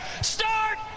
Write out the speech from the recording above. Start